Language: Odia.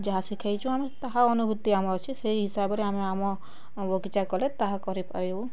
ଯାହା ଶିଖାଇଛୁ ଆମେ ତାହା ଅନୁଭୂତି ଆମ ଅଛି ସେଇ ହିସାବରେ ଆମେ ଆମ ବଗିଚା କଲେ ତାହା କରିପାରିବୁ